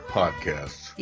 podcasts